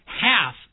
half